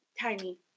tiny